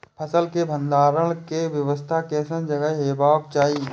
फसल के भंडारण के व्यवस्था केसन जगह हेबाक चाही?